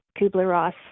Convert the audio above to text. Kubler-Ross